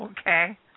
Okay